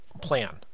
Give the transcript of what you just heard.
plan